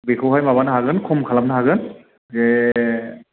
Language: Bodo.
बेखौहाय माबानो हागोन खम खालामनो हागोन जे